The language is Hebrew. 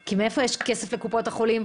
כי מאיפה יש כסף לקופות החולים,